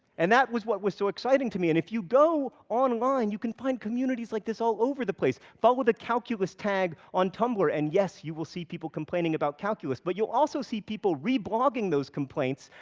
and that was what was so exciting to me, and if you go online, you can find communities like this all over the place. follow the calculus tag on tumblr, and yes, you will see people complaining about calculus, but you'll also see people re-blogging those complaints,